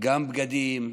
גם בבגדים,